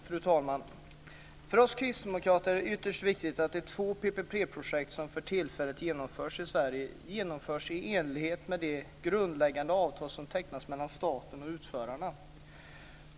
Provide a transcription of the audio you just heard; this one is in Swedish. Fru talman! För oss kristdemokrater är det ytterst viktigt att de två PPP-projekt som för tillfället genomförs i Sverige genomförs i enlighet med det grundläggande avtal som tecknats mellan staten och utförarna.